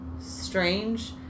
strange